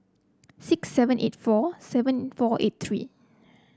six seven eight four seven four eight three